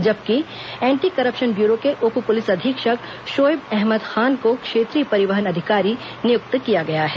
जबकि anti corruption bureau के उप पुलिस अधीक्षक शोएब अहमद खान को क्षेत्रीय परिवहन अधिकारी नियुक्त किया गया है